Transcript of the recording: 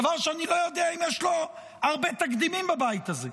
זה דבר שאני לא יודע אם יש לו הרבה תקדימים בבית הזה.